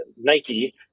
Nike